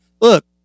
look